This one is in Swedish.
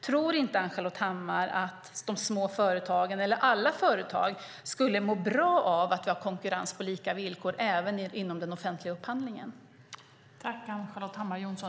Tror inte Ann-Charlotte Hammar Johnsson att alla företag skulle må bra av att det var konkurrens på lika villkor även inom den offentliga upphandlingen?